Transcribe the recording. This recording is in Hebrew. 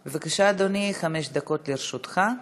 בבקשה, אדוני, חמש דקות לרשותך.